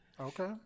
Okay